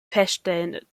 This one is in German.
feststellen